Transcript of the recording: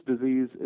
disease